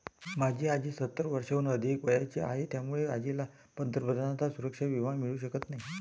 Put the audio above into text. माझी आजी सत्तर वर्षांहून अधिक वयाची आहे, त्यामुळे आजीला पंतप्रधानांचा सुरक्षा विमा मिळू शकत नाही